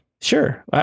Sure